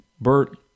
Bert